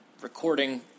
recording